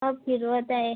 हं फिरवत आहे